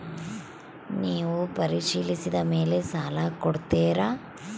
ನೇವು ಪರಿಶೇಲಿಸಿದ ಮೇಲೆ ಸಾಲ ಕೊಡ್ತೇರಾ?